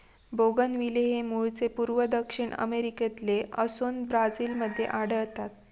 bougainvillea हे मूळचे पूर्व दक्षिण अमेरिकेतले असोन ब्राझील मध्ये आढळता